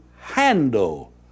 handle